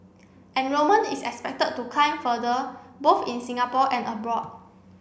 enrolment is expected to climb further both in Singapore and abroad